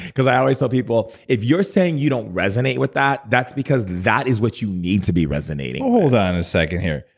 because i always tell people, if you're saying you don't resonate with that, that's because that is what you need to be resonating with hold on a second here.